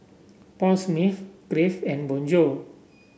Paul Smith Crave and Bonjour